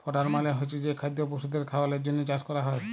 fodder মালে হচ্ছে যে খাদ্য পশুদের খাওয়ালর জন্হে চাষ ক্যরা হ্যয়